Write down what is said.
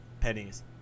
pennies